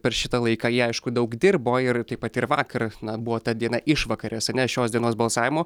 per šitą laiką ji aišku daug dirbo ir taip pat ir vakar buvo ta diena išvakarės ar ne šios dienos balsavimo